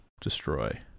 destroy